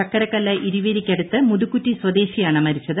ചക്കരക്കല്ല് ഇരിവേരിക്കടുത്ത് മുതുകുറ്റി സ്വദേശിയാണ് മരിച്ചത്